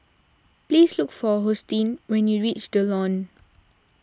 please look for Hosteen when you reach the Lawn